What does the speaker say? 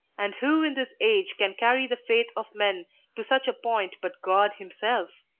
and who in this age can carry the faith of men to such a point but god himself?